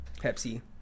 Pepsi